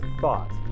thought